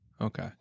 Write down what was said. Okay